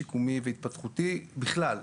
שיקומי והתפתחותי בכלל,